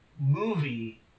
movie